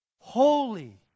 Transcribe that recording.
Holy